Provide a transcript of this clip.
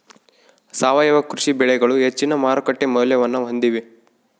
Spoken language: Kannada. ಸಾವಯವ ಕೃಷಿ ಬೆಳೆಗಳು ಹೆಚ್ಚಿನ ಮಾರುಕಟ್ಟೆ ಮೌಲ್ಯವನ್ನ ಹೊಂದಿವೆ